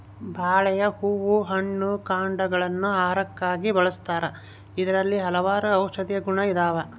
ಬಾಳೆಯ ಹೂ ಹಣ್ಣು ಕಾಂಡಗ ಳನ್ನು ಆಹಾರಕ್ಕಾಗಿ ಬಳಸ್ತಾರ ಇದರಲ್ಲಿ ಹಲವಾರು ಔಷದಿಯ ಗುಣ ಇದಾವ